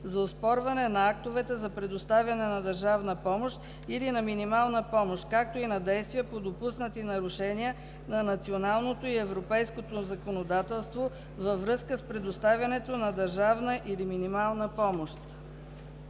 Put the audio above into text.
за оспорване на актовете за предоставяне на държавна помощ или на минимална помощ, както и на действия по допуснати нарушения на националното и европейското законодателство във връзка с предоставянето на държавна или минимална помощ.